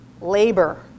labor